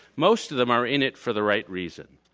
most of them are in it for the right reason,